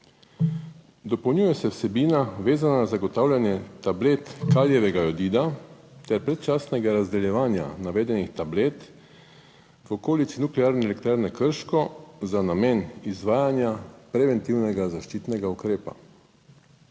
Dopolnjuje se vsebina, vezana na zagotavljanje tablet kalijevega jodida ter predčasnega razdeljevanja navedenih tablet v okolici Nuklearne elektrarne Krško za namen izvajanja preventivnega zaščitnega ukrepa.